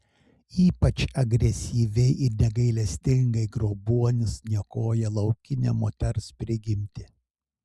ypač agresyviai ir negailestingai grobuonis niokoja laukinę moters prigimtį